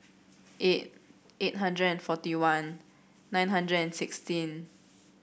eight eight hundred and forty one nine hundred and sixteen